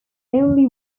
only